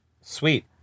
sweet